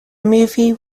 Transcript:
movie